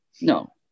No